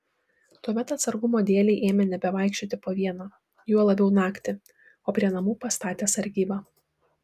tuomet atsargumo dėlei ėmė nebevaikščioti po vieną juo labiau naktį o prie namų pastatė sargybą